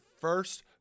first